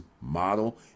model